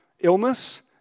illness